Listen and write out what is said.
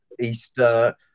Easter